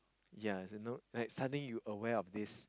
yea a no like suddenly you aware of this